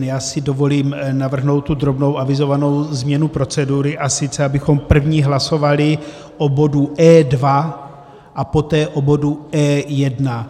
Já si dovolím navrhnout tu drobnou avizovanou změnu procedury, a sice abychom první hlasovali o bodu E2 a poté o bodu E1.